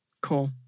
Cool